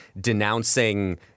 denouncing